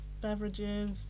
beverages